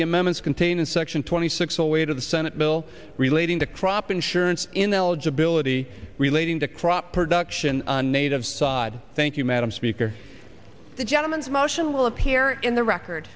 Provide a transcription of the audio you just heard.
the amendments contained in section twenty six away to the senate bill relating to crop insurance in eligibility relating to crop production native side thank you madam speaker the gentleman motion will appear in the record